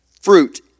fruit